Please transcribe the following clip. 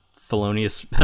felonious